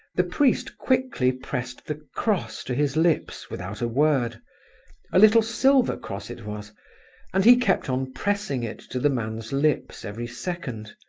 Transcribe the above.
the priest quickly pressed the cross to his lips, without a word a little silver cross it was and he kept on pressing it to the man's lips every second.